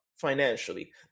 financially